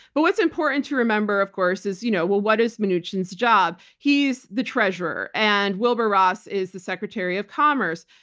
but what's important to remember, of course, is you know well, what is mnuchin's job? he's the treasurer, and wilbur ross is the secretary of commerce.